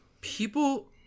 People